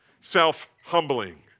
self-humbling